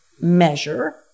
measure